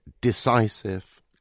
decisive